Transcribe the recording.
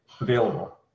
available